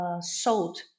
sold